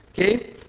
Okay